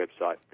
website